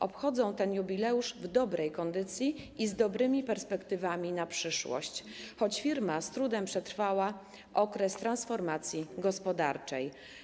Obchodzą ten jubileusz w dobrej kondycji i z dobrymi perspektywami na przyszłość, choć firma z trudem przetrwała okres transformacji gospodarczej.